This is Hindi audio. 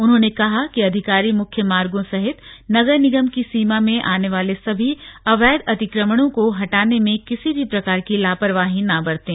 उन्होंने कहा कि अधिकारी मुख्य मार्गो सहित नगर निगम की सीमा में आने वाले सभी अवैध अतिक्रमणों को हटाने में किसी भी प्रकार की लापरवाही न बरतें